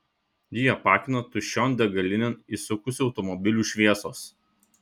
jį apakino tuščion degalinėn įsukusių automobilių šviesos